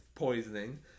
Poisoning